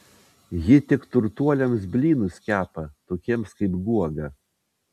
ji tik turtuoliams blynus kepa tokiems kaip guoga